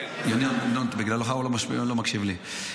ינון, בגללך הוא לא מקשיב לי.